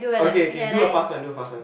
okay okay do a fast one do a fast one